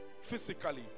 physically